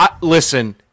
Listen